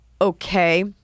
okay